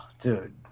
Dude